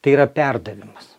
tai yra perdavimas